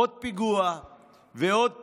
עוד פיגוע ועוד פיגוע,